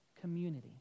community